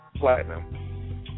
Platinum